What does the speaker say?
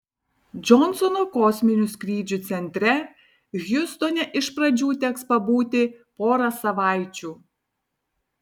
džonsono kosminių skrydžių centre hjustone iš pradžių teks pabūti porą savaičių